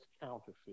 counterfeit